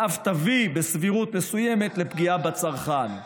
ואף יביא, בסבירות מסוימת, לפגיעה בצרכן.